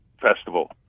festival